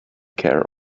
care